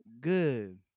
Good